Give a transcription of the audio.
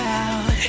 out